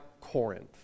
Corinth